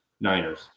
Niners